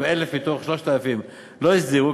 שאם 1,000 מתוך 3,000 לא הסדירו,